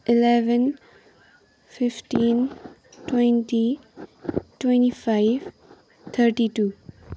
eleven fifteen twenty twenty five thirty two